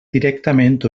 directament